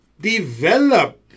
develop